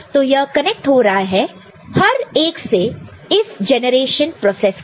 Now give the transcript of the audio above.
तो यह कनेक्ट हो रहा है हर एक से इस जेनरेशन प्रोसेस के लिए